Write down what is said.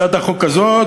הצעת החוק הזאת